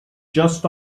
just